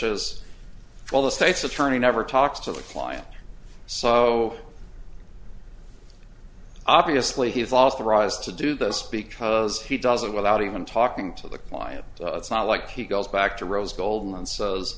well the state's attorney never talks to the client so obviously he's authorized to do this because he does it without even talking to the client so it's not like he goes back to rose goldman says